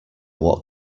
what